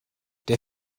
der